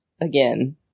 again